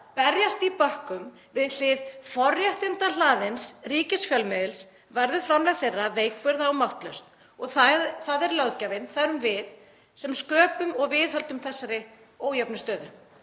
berjast í bökkum við hlið forréttindahlaðins ríkisfjölmiðils verður framlag þeirra veikburða og máttlaust. Það er löggjafinn, það erum við, sem skapar og viðheldur þessari ójöfnu stöðu.